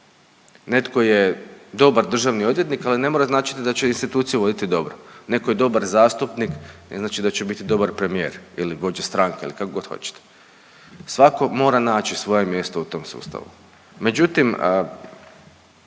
Netko je dobar državni odvjetnik ali ne mora značiti da će instituciju voditi dobro. Netko je dobar zastupnik, ne znači da će biti dobar premijer ili vođa stranke ili kako god hoćete. Svatko mora naći svoje mjesto u svom sustavu.